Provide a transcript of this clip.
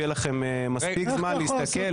ויהיה לכם מספיק זמן להסתכל,